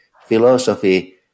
philosophy